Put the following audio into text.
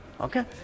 Okay